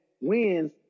wins